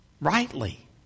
Rightly